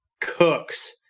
cooks